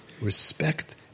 respect